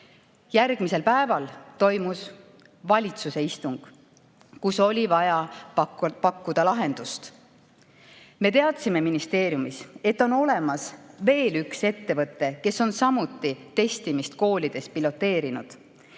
Järgmisel päeval toimus valitsuse istung, kus oli vaja pakkuda lahendust. Me teadsime ministeeriumis, et on olemas veel üks ettevõte, kes on samuti testimist koolides piloteerinud.